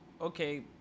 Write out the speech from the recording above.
okay